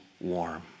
warm